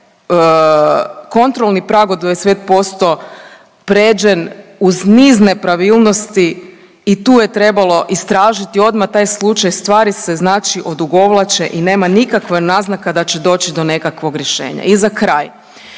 kontrolni prag od 25% pređen uz niz nepravilnosti i tu je trebalo istražiti odmah taj slučaj. Stvari se znači odugovlače i nema nikakvih naznaka da će doći do nekakvog rješenja. I za kraj.